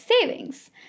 savings